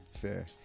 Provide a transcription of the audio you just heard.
Fair